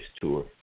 tour